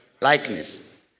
likeness